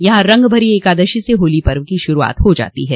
यहां रंग भरी एकादशी से होली पर्व की शुरूआत हो जातो है